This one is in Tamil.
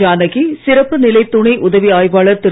ஜானகி சிறப்பு நிலை துணை உதவி ஆய்வாளர் திரு